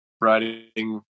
riding